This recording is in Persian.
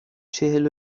چهل